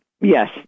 Yes